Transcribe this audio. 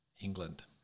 England